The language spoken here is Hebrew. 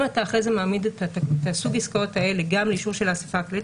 אם אתה אחרי זה מעמיד את סוג העסקאות האלה גם לאישור של האספה הכללית